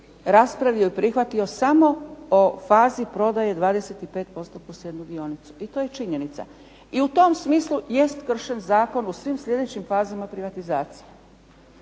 raspravio i prihvatio samo o fazi prodaje 25% + jednu dionicu. I to je činjenica. I u tom smislu jest kršen zakon u sljedećim fazama privatizacije.